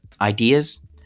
ideas